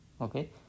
Okay